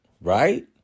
right